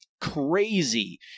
crazy